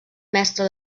mestre